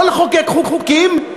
לא לחוקק חוקים,